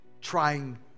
trying